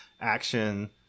Action